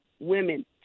women